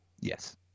Yes